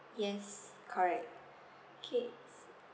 yes correct K